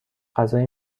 غذای